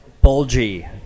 Bulgy